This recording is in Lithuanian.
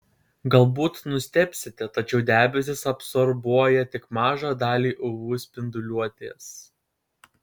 galbūt nustebsite tačiau debesys absorbuoja tik mažą dalį uv spinduliuotės